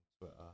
Twitter